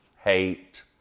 hate